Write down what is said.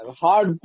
hard